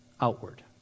outward